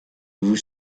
vous